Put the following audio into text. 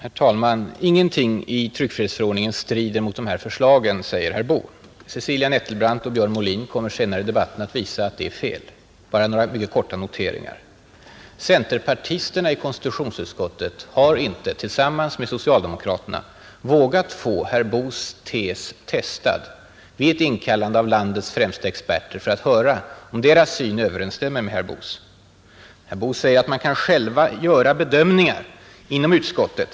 Herr talman! Ingenting i tryckfrihetsförordningen strider mot de här förslagen, säger herr Boo. Cecilia Nettelbrandt och Björn Molin kommer senare under debatten att visa att det är fel. Bara nu några korta noteringar. Centerpartisterna i konstitutionsutskottet har tillsammans med socialdemokraterna inte vågat få herr Boos tes testad vid ett inkallande av landets främsta experter för att höra om deras syn överensstämmer med herr Boos. Herr Boo säger då att man själv kan göra bedömningar inom utskottet.